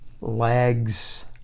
legs